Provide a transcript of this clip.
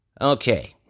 Okay